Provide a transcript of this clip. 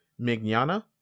Mignana